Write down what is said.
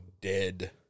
dead